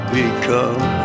become